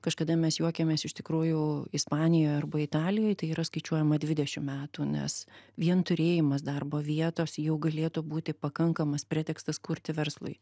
kažkada mes juokiamės iš tikrųjų ispanijoj arba italijoj tai yra skaičiuojama dvidešim metų nes vien turėjimas darbo vietos jau galėtų būti pakankamas pretekstas kurti verslui